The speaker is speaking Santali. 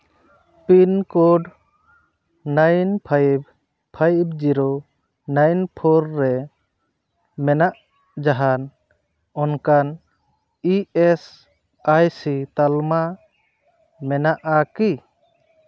pin code nine five five zero nine four ᱨᱮ ᱢᱮᱱᱟᱜ ᱡᱟᱦᱟᱱ ᱚᱱᱠᱟᱱ ᱤ ᱮᱥ ᱟᱭ ᱥᱤ ᱛᱟᱞᱢᱟ ᱢᱮᱱᱟᱜᱼᱟ ᱠᱤ